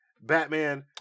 Batman